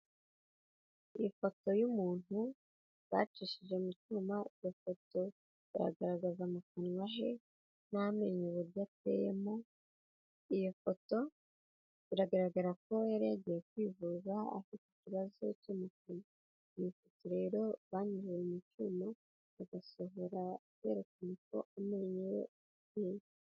Ifoto y'umuntu, bacishije mu cyuma gafoto bagaragaza mu kanwa he, n' amenyo uburyo ateyemo, iyo foto biragaragara ko yari yagiye kwivuza, afite ikibazo cyo mu kanwa, ifoto rero banyujije mu cyuma, bagasohora berekana ko amenyo ye ameze.